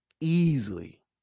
easily